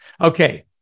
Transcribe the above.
Okay